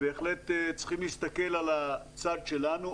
צריכים להסתכל על הצד שלנו,